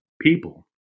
people